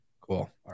Cool